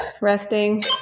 Resting